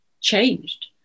changed